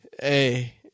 Hey